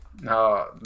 No